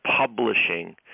publishing